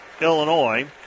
Illinois